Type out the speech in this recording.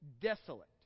desolate